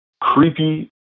creepy